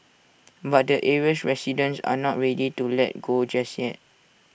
but the area's residents are not ready to let go just yet